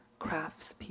craftspeople